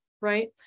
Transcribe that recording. right